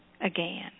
again